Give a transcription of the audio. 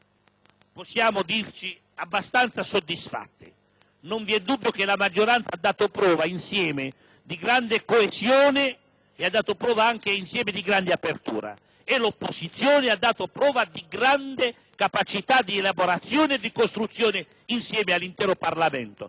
possiamo dirci abbastanza soddisfatti e che la maggioranza ha dato prova insieme di grande coesione e di grande apertura, così come l'opposizione ha dato prova di grande capacità di elaborazione e di costruzione insieme all'intero Parlamento.